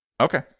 Okay